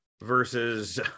versus